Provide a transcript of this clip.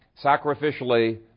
sacrificially